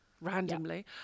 randomly